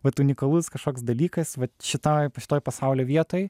vat unikalus kažkoks dalykas vat šitoj šitoj pasaulio vietoj